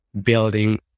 building